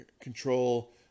control